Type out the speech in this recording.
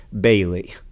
Bailey